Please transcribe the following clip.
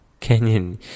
Kenyan